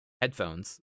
headphones